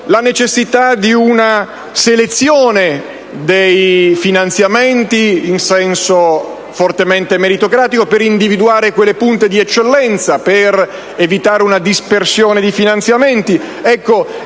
la necessità di una selezione dei finanziamenti in senso fortemente meritocratico per individuare le punte di eccellenza ed evitare una dispersione di finanziamenti.